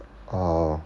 orh